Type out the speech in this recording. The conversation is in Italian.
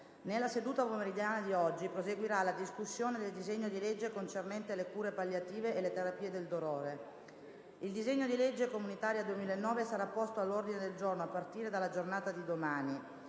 Nella seduta pomeridiana di oggi proseguirà la discussione del disegno di legge concernente le cure palliative e le terapie del dolore. Il disegno di legge comunitaria 2009 sarà posto all'ordine del giorno a partire dalla giornata di domani.